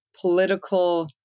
political